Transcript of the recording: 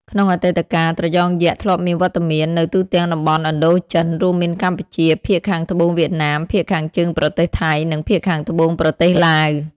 ក្នុងអតីតកាល ត្រយងយក្សធ្លាប់មានវត្តមាននៅទូទាំងតំបន់ឥណ្ឌូចិន រួមមានកម្ពុជា ភាគខាងត្បូងវៀតណាម ភាគខាងជើងប្រទេសថៃ និងភាគខាងត្បូងប្រទេសឡាវ។